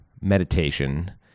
meditation